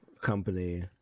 company